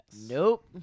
Nope